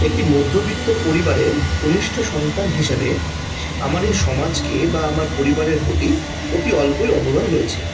একটি মধ্যবিত্ত পরিবারের কনিষ্ঠ সন্তান হিসেবে আমার এই সমাজকে বা আমার পরিবারের প্রতি অতি অল্পই অবদান রয়েছে